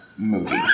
Movie